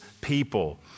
people